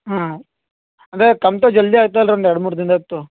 ಹಾಂ ಅಂದರೆ ಕಮ್ತೋ ಜಲ್ದಿ ಆಗ್ತದೆ ಅಲ್ರೀ ಒಂದು ಎರಡು ಮೂರು ದಿನ್ದತ್ತು